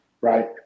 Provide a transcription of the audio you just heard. Right